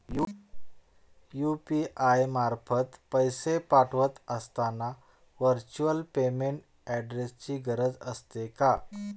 UPI मार्फत पैसे पाठवत असताना व्हर्च्युअल पेमेंट ऍड्रेसची गरज असते का?